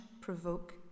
provoke